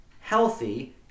healthy